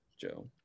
Joe